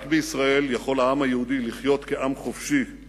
רק בישראל יכול העם היהודי לחיות כעם חופשי, הוא